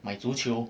买足球